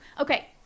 Okay